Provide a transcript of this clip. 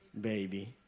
baby